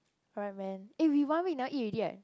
correct man eh we one week never eat already right